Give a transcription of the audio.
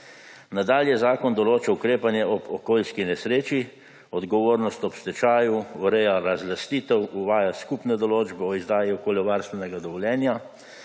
Nadalje zakon določa ukrepanje ob okoljski nesreči, odgovornost ob stečaju, ureja razlastitev, uvaja skupne določbe o izdaji okoljevarstvenega dovoljenja,